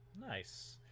Nice